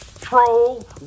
troll